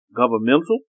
governmental